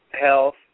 health